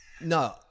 No